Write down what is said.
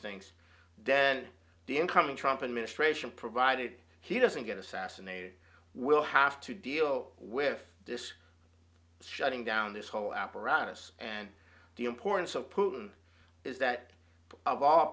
things then the incoming trump and ministration provided he doesn't get assassinated we'll have to deal with this shutting down this whole apparatus and the importance of putin is that of all